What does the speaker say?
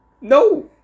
No